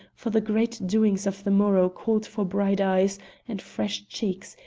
for the great doings of the morrow called for bright eyes and fresh cheeks,